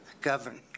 govern